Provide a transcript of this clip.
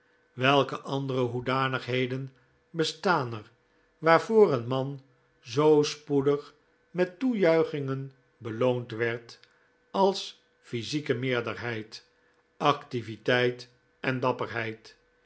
welke andere hoedanigheden bestaan er waarvoor een man zoo spoedig met toejuichingen beloond werd als physieke meerderheid activiteit en dapperheid